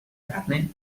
carne